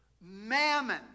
mammon